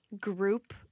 group